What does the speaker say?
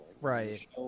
right